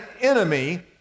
enemy